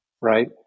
right